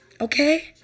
Okay